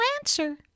answer